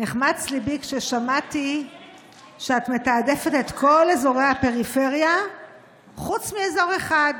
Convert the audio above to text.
נחמץ ליבי כששמעתי שאת מתעדפת את כל אזורי הפריפריה חוץ מאזור אחד,